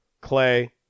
Clay